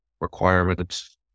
requirements